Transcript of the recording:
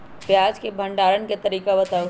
प्याज के भंडारण के तरीका बताऊ?